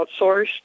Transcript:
outsourced